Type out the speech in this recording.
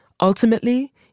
Ultimately